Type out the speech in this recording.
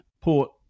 Port